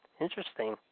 Interesting